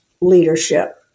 leadership